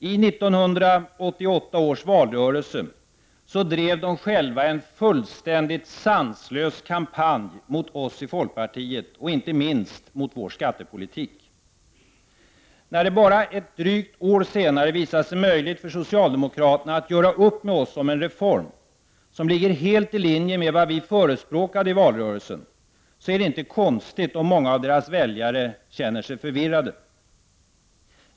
I 1988 års valrörelse drev de själva en fullständigt sanslös kampanj mot oss i folkpartiet, inte minst mot vår skattepolitik. När det bara ett drygt år senare visar sig möjligt för socialdemokraterna att göra upp med oss om en reform, som ligger helt i linje med vad vi förespråkade i valrörelsen, är det inte konstigt om många av deras väljare känner sig förvirrade.